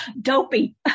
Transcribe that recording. Dopey